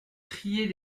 trier